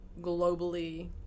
globally